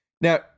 Now